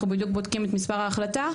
אנחנו בדיוק בודקים את מספר ההחלטה.